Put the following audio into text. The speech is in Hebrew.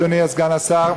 אדוני סגן השר,